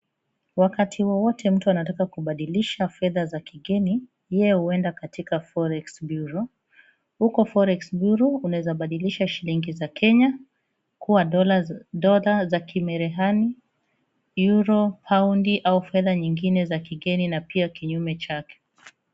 Wakati wowote mtu anataka kubadilisha fedha za kigeni yeye huenda katika Forex Bureau, huko Forex Bureau unaweza badilisha shilingi za Kenya kuwa Dolla za Kimarekani Euro Paundi au fedha zingine za kigeni na pia kinyume chake.